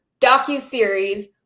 docuseries